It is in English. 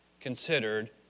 considered